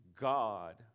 God